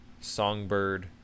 Songbird